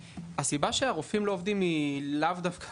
הסיבה שבגללה הרופאים לא עובדים היא לאו דווקא,